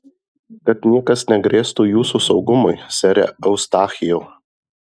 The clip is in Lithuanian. kad niekas negrėstų jūsų saugumui sere eustachijau